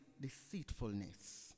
deceitfulness